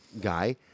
guy